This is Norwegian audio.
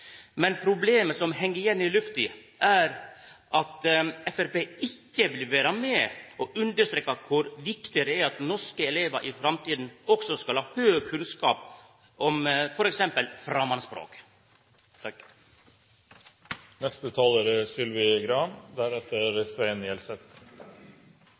Men problemet som heng igjen i lufta, er at Framstegspartiet ikkje vil vera med og understreka kor viktig det er at norske elevar i framtida òg skal ha høg kunnskap om f.eks. framandspråk.